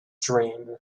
dream